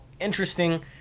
interesting